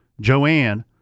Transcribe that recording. Joanne